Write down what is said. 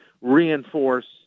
reinforce